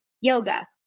yoga